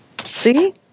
See